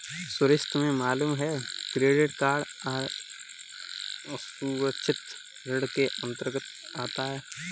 सुरेश तुम्हें मालूम है क्रेडिट कार्ड असुरक्षित ऋण के अंतर्गत आता है